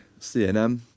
CNM